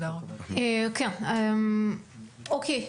אוקי.